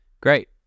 Great